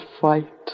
fight